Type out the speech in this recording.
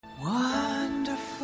Wonderful